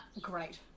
great